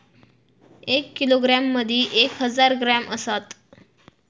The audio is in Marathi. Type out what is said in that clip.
एक किलोग्रॅम मदि एक हजार ग्रॅम असात